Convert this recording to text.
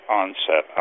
onset